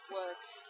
works